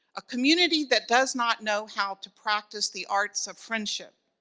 a community that does not know how to practice the arts of friendship,